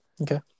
Okay